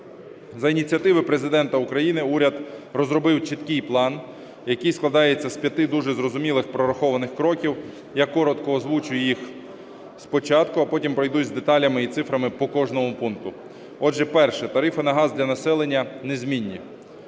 За ініціативи Президента України, уряд розробив чіткий план, який складається з п'яти дуже зрозумілих прорахованих кроків. Я коротко озвучу їх спочатку, а потім пройдуся деталями і цифрами по кожному пункту. Отже, перше – тарифи на газ для населення незмінні.